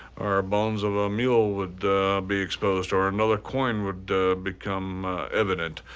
or bones of a mule would be exposed, or another coin would become evident.